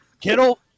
Kittle